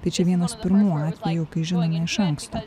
tai čia vienas pirmų atvejų kai žinome iš anksto